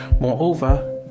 Moreover